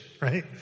right